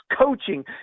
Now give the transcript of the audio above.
coaching